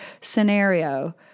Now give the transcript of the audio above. scenario